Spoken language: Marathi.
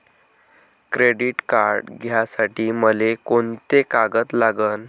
क्रेडिट कार्ड घ्यासाठी मले कोंते कागद लागन?